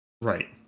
Right